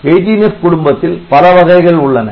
18F குடும்பத்தில் பல வகைகள் உள்ளன